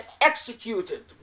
executed